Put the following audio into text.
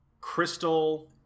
Crystal